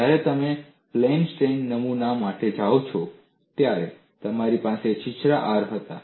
જ્યારે તમે પ્લેન તાણ નમૂના માટે જાઓ છો ત્યારે તમારી પાસે છીછરા R હતા